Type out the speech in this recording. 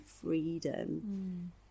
freedom